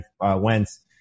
Wentz